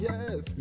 Yes